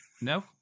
No